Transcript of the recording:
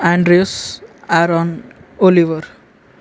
andres aron oliver